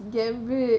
gambit